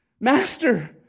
Master